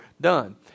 done